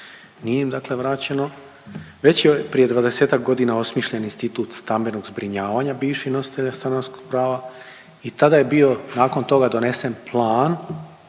nije im dakle vraćeno, već je prije 20-ak godina osmišljen institut stambenog zbrinjavanja bivših nositelja stanarskog prava i tada je bio nakon toga donesen plan,